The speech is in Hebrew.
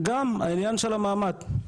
גם, העניין של המעמד.